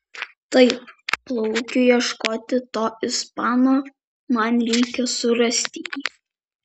taip plaukiu ieškoti to ispano man reikia surasti jį